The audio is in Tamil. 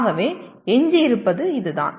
ஆகவே எஞ்சியிருப்பது இதுதான்